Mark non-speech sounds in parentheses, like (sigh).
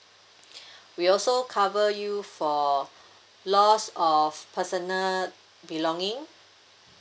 (breath) we also cover you for loss of personal belonging